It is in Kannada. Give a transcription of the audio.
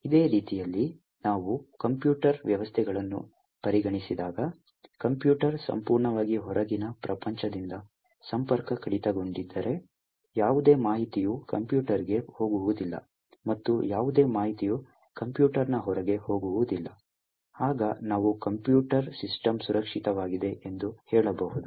ಇದೇ ರೀತಿಯಲ್ಲಿ ನಾವು ಕಂಪ್ಯೂಟರ್ ವ್ಯವಸ್ಥೆಗಳನ್ನು ಪರಿಗಣಿಸಿದಾಗ ಕಂಪ್ಯೂಟರ್ ಸಂಪೂರ್ಣವಾಗಿ ಹೊರಗಿನ ಪ್ರಪಂಚದಿಂದ ಸಂಪರ್ಕ ಕಡಿತಗೊಂಡಿದ್ದರೆ ಯಾವುದೇ ಮಾಹಿತಿಯು ಕಂಪ್ಯೂಟರ್ಗೆ ಹೋಗುವುದಿಲ್ಲ ಮತ್ತು ಯಾವುದೇ ಮಾಹಿತಿಯು ಕಂಪ್ಯೂಟರ್ನ ಹೊರಗೆ ಹೋಗುವುದಿಲ್ಲ ಆಗ ನಾವು ಕಂಪ್ಯೂಟರ್ ಸಿಸ್ಟಮ್ ಸುರಕ್ಷಿತವಾಗಿದೆ ಎಂದು ಹೇಳಬಹುದು